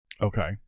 Okay